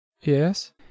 Yes